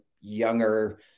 younger